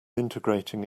integrating